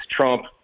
Trump